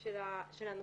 של הנושא.